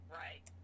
right